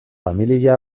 familia